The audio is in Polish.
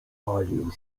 zapalił